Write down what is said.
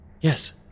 Yes